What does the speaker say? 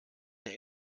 der